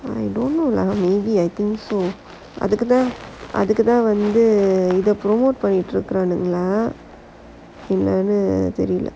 I think so அதுக்கு தான் வந்து இத:athuku thaan vanthu itha promote பண்ணிட்டு இருக்குரானுகளா என்னனு தெரில:pannittu irukkuraanugalaa ennaannu therila